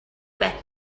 back